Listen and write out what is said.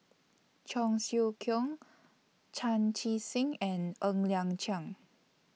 Cheong Siew Keong Chan Chee Seng and Ng Liang Chiang